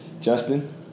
Justin